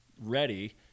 ready